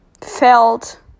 felt